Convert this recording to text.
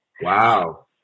Wow